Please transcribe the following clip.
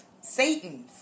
Satan